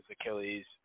Achilles